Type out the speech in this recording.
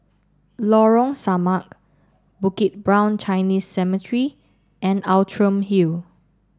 Lorong Samak Bukit Brown Chinese Cemetery and Outram Hill